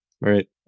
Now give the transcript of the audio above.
Right